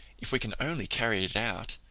if we can only carry it out.